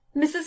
Mrs